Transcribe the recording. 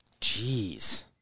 Jeez